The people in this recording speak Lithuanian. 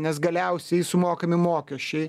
nes galiausiai sumokami mokesčiai